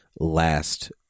last